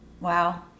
Wow